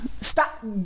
Stop